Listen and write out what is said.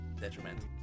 detrimental